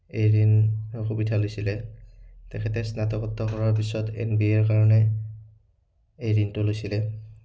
এই ঋণৰ সুবিধা লৈছিলে তেখেতে স্নাতকোত্তৰ কৰাৰ পিছত এম বি এ কৰাৰ কাৰণে এই ঋণটো লৈছিলে